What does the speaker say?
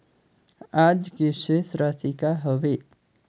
आज के शेष राशि का हवे?